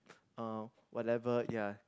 uh whatever ya